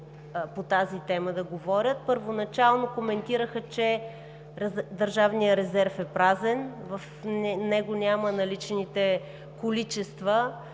по тази тема. Първоначално коментираха, че държавният резерв е празен, в него няма наличните количества